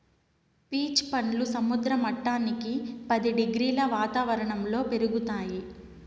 peach పండ్లు సముద్ర మట్టానికి పది డిగ్రీల వాతావరణంలో పెరుగుతాయి